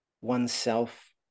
oneself